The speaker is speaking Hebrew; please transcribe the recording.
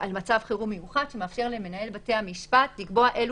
על מצב חירום מיוחד שמאפשר למנהל בתי המשפט לקבוע איזה